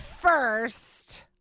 first